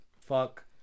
Fuck